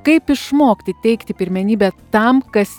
kaip išmokti teikti pirmenybę tam kas